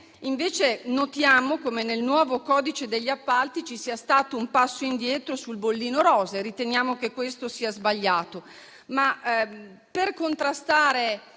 modo notiamo come nel nuovo codice degli appalti ci sia stato un passo indietro sul bollino rosa e riteniamo che questo sia sbagliato.